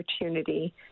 opportunity